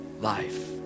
life